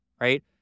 right